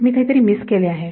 मी काहीतरी मिस केले आहे